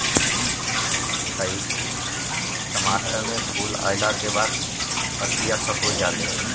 टमाटर में फूल अईला के बाद पतईया सुकुर जाले?